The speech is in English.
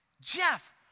Jeff